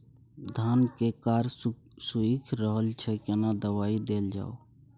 धान के कॉर सुइख रहल छैय केना दवाई देल जाऊ?